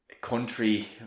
country